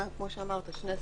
כמו שאמרת, יש שני סטים,